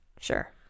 sure